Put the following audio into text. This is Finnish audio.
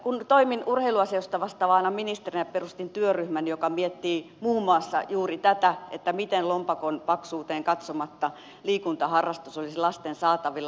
kun toimin urheiluasioista vastaavana ministerinä perustin työryhmän joka miettii muun muassa juuri tätä miten lompakon paksuuteen katsomatta liikuntaharrastus olisi lasten saatavilla